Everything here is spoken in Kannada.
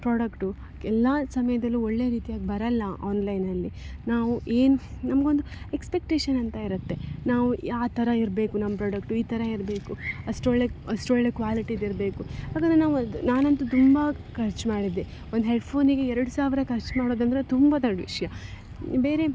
ಪ್ರಾಡಕ್ಟು ಎಲ್ಲಾ ಸಮಯದಲ್ಲೂ ಒಳ್ಳೆಯ ರೀತಿಯಾಗಿ ಬರಲ್ಲ ಆನ್ಲೈನಲ್ಲಿ ನಾವು ಏನು ನಮಗೊಂದು ಎಕ್ಸ್ಪೆಕ್ಟೇಶನ್ ಅಂತ ಇರುತ್ತೆ ನಾವು ಯಾ ಆ ಥರ ಇರಬೇಕು ನಮ್ಮ ಪ್ರಾಡಕ್ಟು ಈ ಥರ ಇರಬೇಕು ಅಷ್ಟೊಳ್ಳೆಯ ಅಷ್ಟೊಳ್ಳೆಯ ಕ್ವಾಲಿಟಿದಿರಬೇಕು ಹಾಗಾದರೆ ನಾವು ನಾನಂತು ತುಂಬ ಖರ್ಚು ಮಾಡಿದ್ದೆ ಒಂದು ಹೆಡ್ಫೋನಿಗೆ ಎರಡು ಸಾವಿರ ಖರ್ಚು ಮಾಡೋದಂದರೆ ತುಂಬ ದೊಡ್ಡ ವಿಷಯ ಬೇರೆ